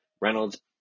Reynolds